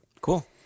Cool